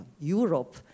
Europe